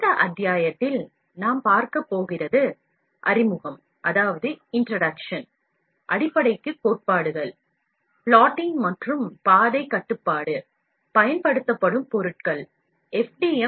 இந்த அத்தியாயத்தில் அறிமுகம் அடிப்படைக் கொள்கைகள் பிளாட்டிங் பாதைக் கட்டுப்பாடு மற்றும் பல்வேறு வகையான பொருட்களைப் பற்றி காண்போம்